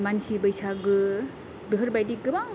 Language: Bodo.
मानसि बैसागु बिफोरबायदि गोबां